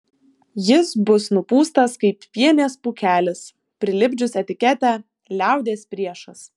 jis bus nupūstas kaip pienės pūkelis prilipdžius etiketę liaudies priešas